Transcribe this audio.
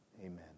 Amen